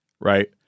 right